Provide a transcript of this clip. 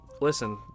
Listen